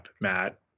Matt